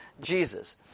Jesus